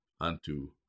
unto